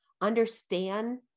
understand